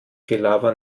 gelaber